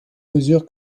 mesure